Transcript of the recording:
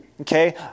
Okay